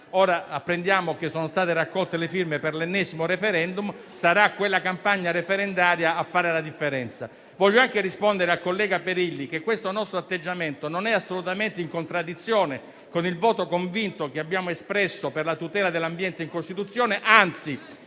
Ora apprendiamo che sono state raccolte le firme per l'ennesimo *referendum* e sarà la prossima campagna referendaria a fare la differenza. Voglio anche rispondere al collega Perilli, spiegando che il nostro atteggiamento non è assolutamente in contraddizione con il voto convinto che abbiamo espresso per la tutela dell'ambiente in Costituzione, anzi,